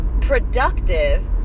productive